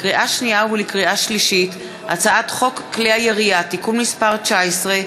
לקריאה שנייה ולקריאה שלישית: הצעת חוק כלי הירייה (תיקון מס' 19),